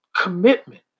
commitment